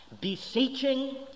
beseeching